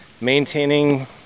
maintaining